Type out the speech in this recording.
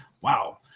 wow